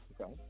Okay